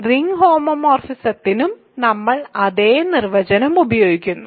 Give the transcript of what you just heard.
ring ഹോമോമോഫിസത്തിനും നമ്മൾ അതേ നിർവചനം ഉപയോഗിക്കുന്നു